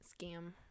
scam